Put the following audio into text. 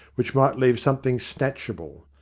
which might leave some thing snatchable.